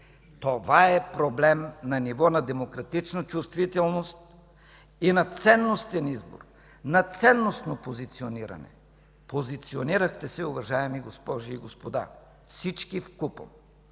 Това е проблем на ниво на демократична чувствителност и на ценностен избор, на ценностно позициониране. Позиционирахте се, уважаеми госпожи и господа, всички вкупом